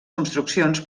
construccions